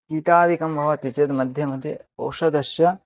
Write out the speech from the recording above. कीटादिकं भवति चेद् मध्ये मध्ये औषधस्य